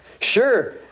Sure